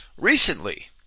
Recently